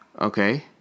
Okay